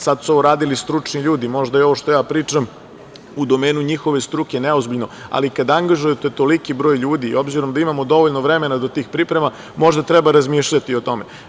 Sad su ovo radili stručni ljudi, možda je ovo što ja pričam u domenu njihove struke neozbiljno, ali kada angažujete toliki broj ljudi i s obzirom na to da imamo dovoljno vremena do tih priprema, možda treba razmišljati o tome.